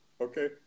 okay